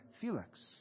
Felix